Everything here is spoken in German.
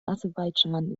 aserbaidschan